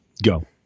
go